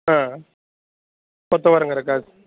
ஆ கொத்தவரங்காய் இருக்கா